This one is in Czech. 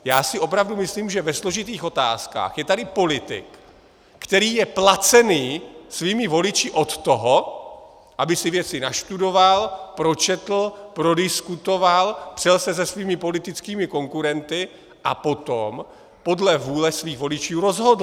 Já si opravdu myslím, že ve složitých otázkách je tady politik, který je placen svými voliči, od toho, aby si věci nastudoval, pročetl, prodiskutoval, přel se se svými politickými konkurenty a potom podle vůle svých voličů rozhodl.